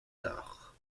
tard